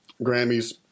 Grammys